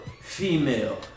female